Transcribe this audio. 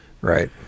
Right